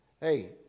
Hey